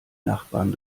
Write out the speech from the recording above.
nachbarn